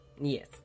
Yes